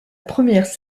première